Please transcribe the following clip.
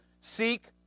seek